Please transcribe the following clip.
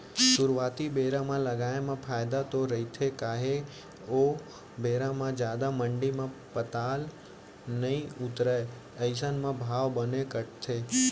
सुरुवाती बेरा म लगाए म फायदा तो रहिथे काहे ओ बेरा म जादा मंडी म पताल नइ उतरय अइसन म भाव बने कटथे